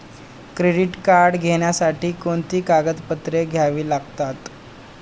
Credit card घेण्यासाठी कोणती कागदपत्रे घ्यावी लागतात?